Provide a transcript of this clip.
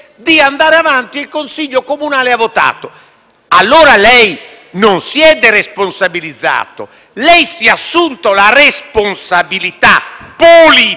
di andare avanti e il consiglio comunale ha votato. Lei non si è deresponsabilizzato, ma si è assunto la responsabilità politica